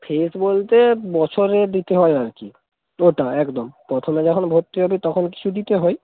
ফিজ বলতে বছরে দিতে হয় আর কি পুরোটা একদম প্রথমে যখন ভর্তি হবি তখন কিছু দিতে হয়